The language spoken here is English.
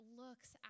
looks